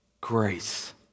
Grace